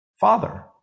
Father